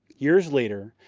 years later,